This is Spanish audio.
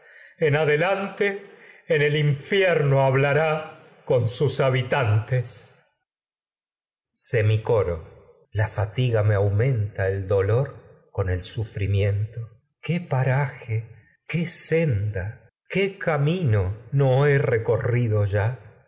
en adelante tantes en el infierno hablará con sus habi semicoko la fatiga me aumenta el dolor con el su frimiento qué paraje qué senda qué camino no he tragedias de sófocles recorrido da ya